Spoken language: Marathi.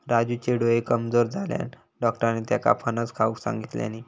राजूचे डोळे कमजोर झाल्यानं, डाक्टरांनी त्येका फणस खाऊक सांगितल्यानी